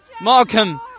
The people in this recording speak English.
Markham